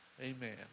Amen